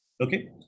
Okay